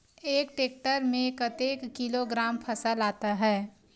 एक टेक्टर में कतेक किलोग्राम फसल आता है?